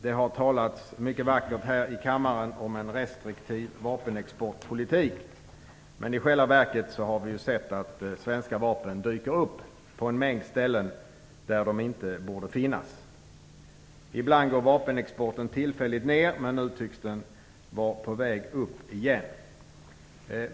Det har talats mycket vackert här i kammaren om en restriktiv vapenexportpolitik, men i själva verket har vi sett att svenska vapen dyker upp på en mängd ställen där de inte borde finnas. Ibland går vapenexporten tillfälligt ned, men nu tycks den vara på väg upp igen.